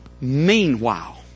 Meanwhile